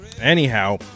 Anyhow